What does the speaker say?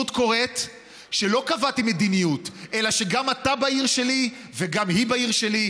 אתה רוצה גם לשנות את ועדת התכנון והבנייה.